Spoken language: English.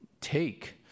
take